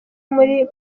muri